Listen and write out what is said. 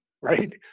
Right